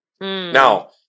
Now